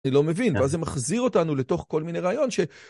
אני לא מבין, ואז זה מחזיר אותנו לתוך כל מיני רעיון ש...